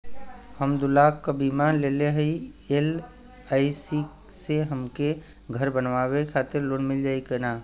हम दूलाख क बीमा लेले हई एल.आई.सी से हमके घर बनवावे खातिर लोन मिल जाई कि ना?